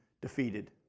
defeated